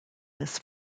this